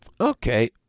Okay